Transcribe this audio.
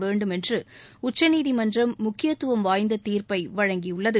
வேண்டும் என்று உச்சநீதிமன்றம் முக்கியத்துவம் வாய்ந்த தீர்ப்பை வழங்கியுள்ளது